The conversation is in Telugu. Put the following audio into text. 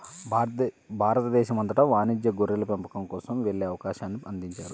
భారతదేశం అంతటా వాణిజ్య గొర్రెల పెంపకం కోసం వెళ్ళే అవకాశాన్ని అందించారు